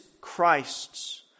Christ's